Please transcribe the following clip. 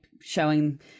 showing